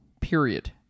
period